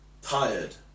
Tired